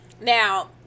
Now